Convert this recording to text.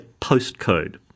postcode